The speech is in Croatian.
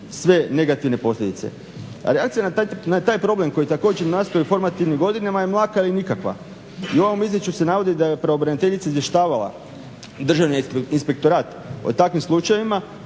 sve negativne posljedice. A reakcija na taj problem koji također nastaje u formativnim godinama je mlaka ili nikakva. I u ovom izvješću se navodi da je pravobraniteljica izvještavala Državni inspektorat o takvim slučajevima,